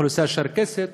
אוכלוסייה צ'רקסית,